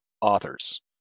authors